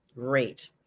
Great